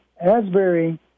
Asbury